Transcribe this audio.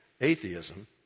atheism